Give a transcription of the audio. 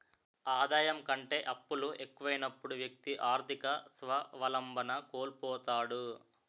ఆదాయం కంటే అప్పులు ఎక్కువైనప్పుడు వ్యక్తి ఆర్థిక స్వావలంబన కోల్పోతాడు